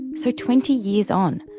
so twenty years on,